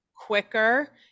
quicker